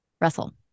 Russell